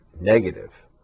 negative